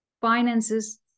finances